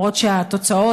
אף שהתוצאות,